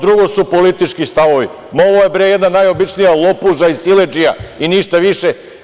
Drugo su politički stavovi, ovo je jedna najobičnija lopuža i siledžija i ništa više.